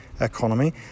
economy